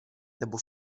nebo